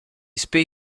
space